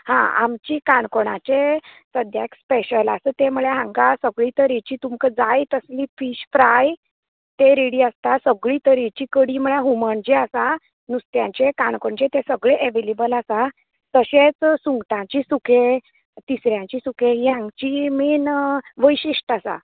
आमची काणकोणाचे सद्याक स्पेशल आसा तें म्हळ्यार हांगां सगळीं तरेचीं तुमकां जाय तसलीं फिश फ्राय तें रेडी आसता सगळीं तरेची म्हळ्यार हुमण जें आसा नुस्त्याचें काणकोणचें तें सगलें एवेलेबल आसा तशेंच सुंगटांचें सुखें तिसऱ्यांचें सुखें ही हांगा सरली मेन वैशिश्ट आसा